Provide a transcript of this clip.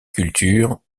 culture